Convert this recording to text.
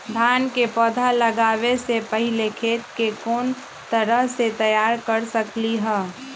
धान के पौधा लगाबे से पहिले खेत के कोन तरह से तैयार कर सकली ह?